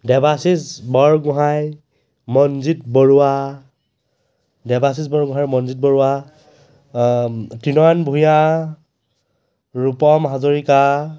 Debashis Borgohain Manjit Baruah Debasish Borgohain Manjit Baruah Trinayan Bhuyan Rupam Hazarika